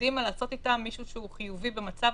הולכים הביתה, אנשים רצו את זה,